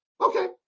Okay